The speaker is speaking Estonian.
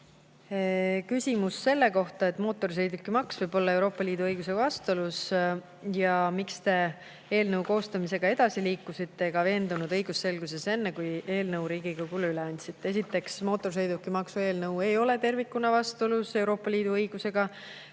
küsimus selle kohta, et mootorsõidukimaks võib olla Euroopa Liidu õigusega vastuolus. "Miks Te sellegipoolest eelnõu koostamisega edasi liikusite ega veendunud õigusselguses enne, kui eelnõu Riigikogule üle andsite?" Esiteks, mootorsõidukimaksu eelnõu ei ole tervikuna vastuolus Euroopa Liidu õigusega.